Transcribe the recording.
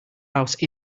house